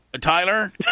Tyler